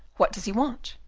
what does he want?